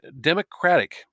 Democratic